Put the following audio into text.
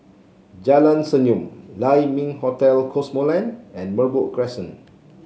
Jalan Senyum Lai Ming Hotel Cosmoland and Merbok Crescent